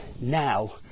now